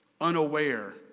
unaware